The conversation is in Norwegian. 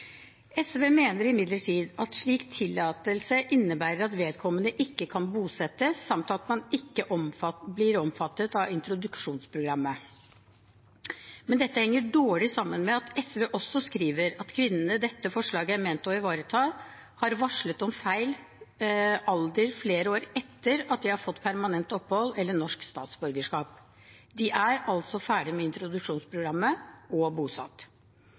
SV mener imidlertid at slik tillatelse innebærer at vedkommende ikke kan bosettes, samt at man ikke blir omfattet av introduksjonsprogrammet. Dette henger dårlig sammen med at SV også skriver at kvinnene dette forslaget er ment å ivareta, har varslet om feil alder flere år etter at de har fått permanent opphold eller norsk statsborgerskap. De er altså ferdig med introduksjonsprogrammet og bosatt.